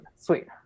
Sweet